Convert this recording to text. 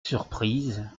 surprise